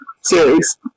series